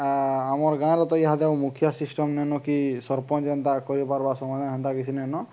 ଆମର୍ ଗାଁରେ ତ ହାାତେ ମୁଖିଆ ସିଷ୍ଟମ ନେନ କି ସରପଞ୍ଚ ହେନ୍ତା କରିପାର୍ବା ସମାଧାନ ହେନ୍ତା କିଛି ନେନ